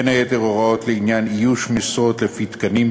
ובין היתר הוראות לעניין איוש משרות לפי תקנים,